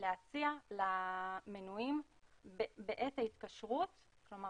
להציע למנויים באיזה התקשרות, כלומר